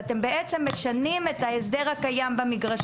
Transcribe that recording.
אתם משנים את ההסדר הקיים במגרשים.